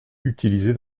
utilisé